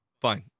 Fine